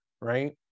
right